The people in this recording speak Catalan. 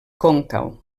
còncau